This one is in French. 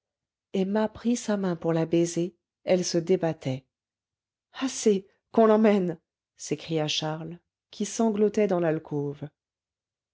emma prit sa main pour la baiser elle se débattait assez qu'on l'emmène s'écria charles qui sanglotait dans l'alcôve